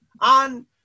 on